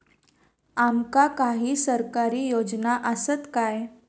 आमका काही सरकारी योजना आसत काय?